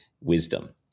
wisdom